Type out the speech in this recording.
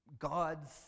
God's